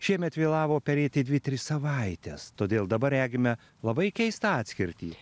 šiemet vėlavo perėti dvi tris savaites todėl dabar regime labai keistą atskirtį